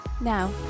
Now